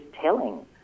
telling